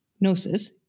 Gnosis